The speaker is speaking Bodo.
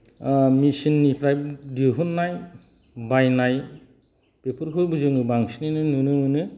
मेचिननिफ्राय दिहुननाय बायनाय बेफोरखौबो जों बांसिनै नुनो मोनो